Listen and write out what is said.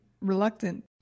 reluctant